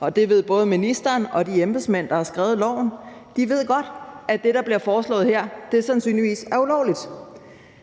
og det ved både ministeren og de embedsmænd, der har skrevet lovforslaget – at det, der bliver foreslået her, sandsynligvis er ulovligt.